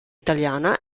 italiana